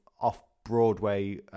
off-Broadway